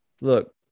Look